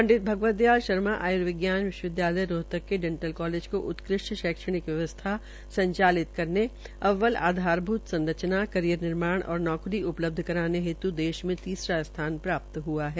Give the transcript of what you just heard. पंडित भगवत दयाल शर्मा आयर्विज्ञान विश्वविदयालय रोहतक के डेंटल कालेज को उत्कृष्ट शैक्षणिक व्यवसथा संचालित करने अब्वल आधारभूत संरचना कैरिया निर्माण और नौकरी उपलब्ध करवाने हेत् देश में तीसरा स्थान प्राप्त हुआ है